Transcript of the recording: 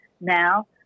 now